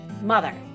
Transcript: mother